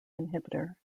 inhibitor